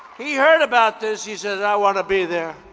he heard about this he says, i want to be there.